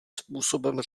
způsobem